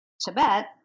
Tibet